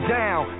down